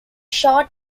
shot